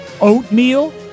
Oatmeal